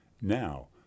Now